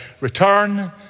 Return